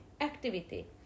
activity